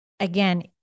again